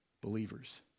believers